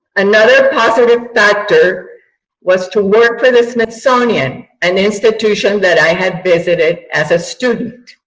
another positive factor was to work with the smithsonian, an institution that i had visited as a student.